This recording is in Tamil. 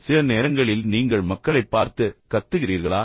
சில நேரங்களில் நீங்கள் மக்களைப் பார்த்து கத்துகிறீர்களா